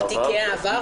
תיקי העבר.